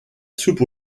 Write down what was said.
soupe